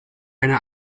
eine